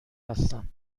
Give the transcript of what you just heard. هستم